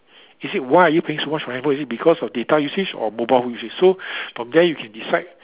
is it why are you paying so much for your handphone is it because of data usage or mobile usage so from there you can decide